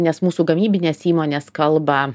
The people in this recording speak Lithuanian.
nes mūsų gamybinės įmonės kalba